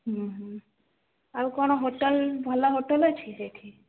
ହୁଁ ହୁଁ ଆଉ କ'ଣ ହୋଟେଲ୍ ଭଲ ହୋଟେଲ୍ ଅଛି ସେଇଠି